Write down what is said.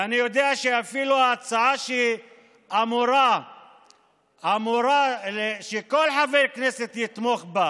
ואני יודע שאפילו שזו הצעה שכל חבר כנסת אמור לתמוך בה,